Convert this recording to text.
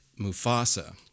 Mufasa